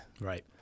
Right